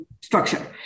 structure